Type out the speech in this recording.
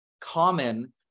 common